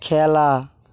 খেলা